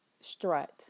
Strut